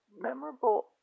memorable